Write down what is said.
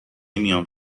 میام